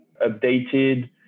updated